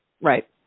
Right